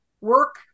work